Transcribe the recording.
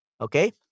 Okay